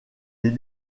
des